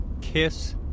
Kiss